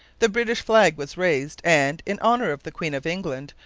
the british flag was raised, and, in honour of the queen of england,